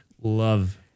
Love